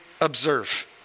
observe